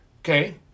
Okay